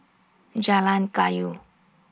Jalan Kayu